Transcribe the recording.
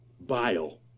bile